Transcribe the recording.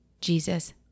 Jesus